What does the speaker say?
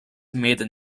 maiden